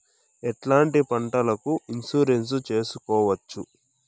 ఎట్లాంటి పంటలకు ఇన్సూరెన్సు చేసుకోవచ్చు?